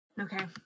Okay